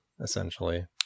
essentially